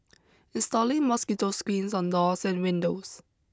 installing mosquito screens on doors and windows